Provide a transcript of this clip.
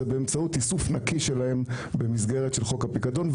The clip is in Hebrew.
זה באמצעות איסוף נקי שלהם במסגרת חוק הפיקדון.